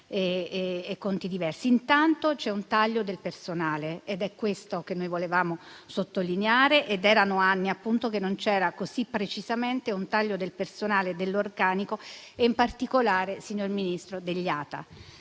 e conti diversi. Intanto, c'è un taglio del personale - ed è questo che noi volevamo sottolineare - ed erano anni che non c'era un taglio così preciso del personale dell'organico, in particolare, signor Ministro, degli ATA.